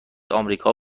آمریکا